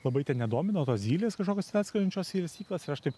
labai ten nedomino tos zylės kažkokios ten atskrendančios į lesyklas ir aš taip